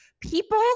people